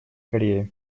корея